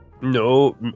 No